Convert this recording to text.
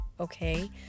okay